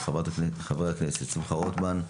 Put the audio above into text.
של חבר הכנסת שמחה רוטמן,